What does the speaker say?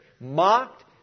mocked